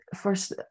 first